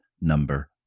number